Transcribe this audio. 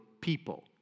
people